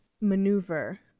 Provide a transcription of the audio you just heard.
maneuver